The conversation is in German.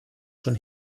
schon